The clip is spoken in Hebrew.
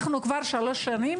אנחנו כבר שלוש שנים